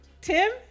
Tim